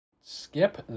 Skip